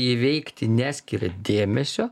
įveikti neskiria dėmesio